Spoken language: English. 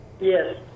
Yes